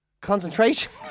concentration